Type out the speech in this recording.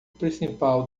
principal